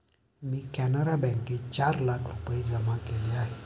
मी कॅनरा बँकेत चार लाख रुपये जमा केले आहेत